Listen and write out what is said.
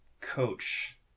coach